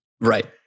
right